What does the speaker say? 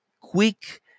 quick